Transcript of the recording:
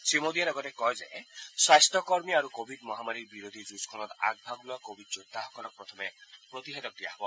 শ্ৰী মোদীয়ে লগতে কয় যে স্বাস্থকৰ্মী আৰু কোৱিড মহামাৰীৰ বিৰুদ্ধে যুঁজখনত আগ ভাগ লোৱা কোৱিড যোদ্ধাসকলক প্ৰথমে প্ৰতিষেধক দিয়া হ'ব